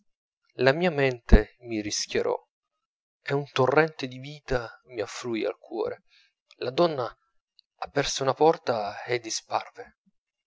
la mia mente si rischiarò e un torrente di vita mi affluì al cuore la donna aperse una porta e disparve